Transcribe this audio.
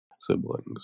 siblings